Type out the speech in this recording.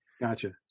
Gotcha